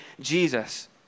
Jesus